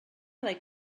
like